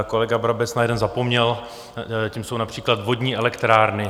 Kolega Brabec na jeden zapomněl, tím jsou například vodní elektrárny.